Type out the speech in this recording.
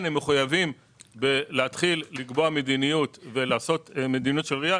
הם מחויבים להתחיל לקבוע מדיניות ולעשות מדיניות של RIA,